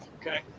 Okay